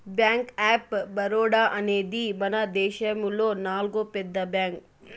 bank of Baroda అనేది మనదేశములో నాల్గో పెద్ద బ్యాంక్